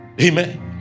Amen